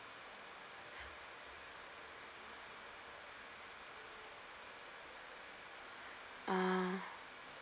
uh